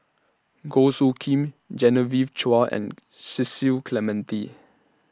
Goh Soo Khim Genevieve Chua and Cecil Clementi